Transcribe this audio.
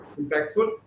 impactful